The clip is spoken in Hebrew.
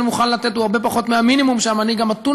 מוכן לתת הוא הרבה פחות מהמינימום שהמנהיג המתון